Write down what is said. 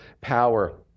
power